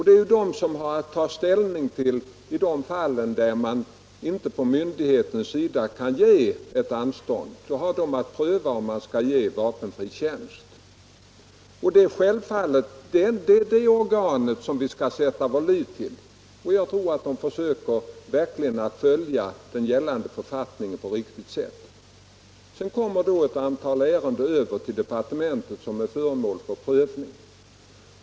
Det är denna nämnd som har att ta ställning till de fall där myndigheterna inte kunnat medge befrielse. Nämnden har då att pröva frågan om vapenfri tjänst. Det är detta organ som vi skall sätta vår lit till. Jag tror också att nämnden verkligen försöker att på ett riktigt sätt följa den gällande författningen. Sedan kommer ett antal ärenden över till departementet och blir där föremål för prövning.